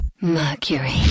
Mercury